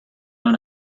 own